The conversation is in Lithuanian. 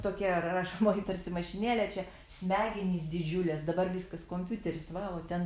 tokia rašomoji tarsi mašinėlė čia smegenys didžiulės dabar viskas kompiuteris va o ten